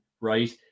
right